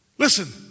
Listen